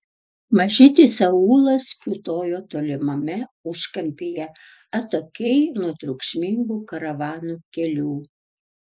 mažytis aūlas kiūtojo tolimame užkampyje atokiai nuo triukšmingų karavanų kelių